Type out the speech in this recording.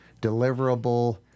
deliverable